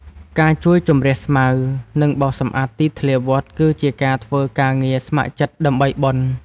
ការជួយជម្រះស្មៅ និងបោសសម្អាតទីធ្លាវត្ត គឺជាការធ្វើការងារស្ម័គ្រចិត្តដើម្បីបុណ្យ។